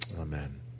Amen